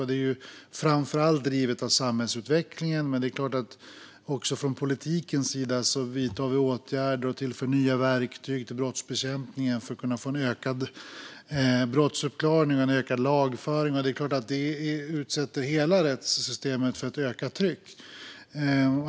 Det är framför allt drivet av samhällsutvecklingen, men också från politikens sida vidtar vi åtgärder och tillför nya verktyg till brottsbekämpningen för att kunna få en ökad brottsuppklaring och en ökad lagföring. Detta utsätter hela rättssystemet för ett ökat tryck.